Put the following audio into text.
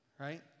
right